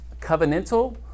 Covenantal